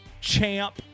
champ